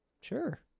Sure